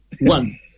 one